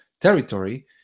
territory